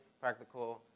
Practical